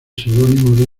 seudónimo